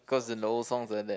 cause the old songs are the